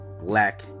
black